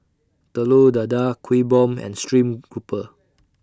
Telur Dadah Kuih Bom and Stream Grouper